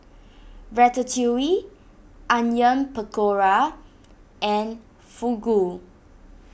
Ratatouille Onion Pakora and Fugu